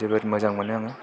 जोबोर मोजां मोनो आङो